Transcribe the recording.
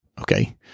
Okay